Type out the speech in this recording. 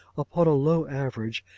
upon a low average,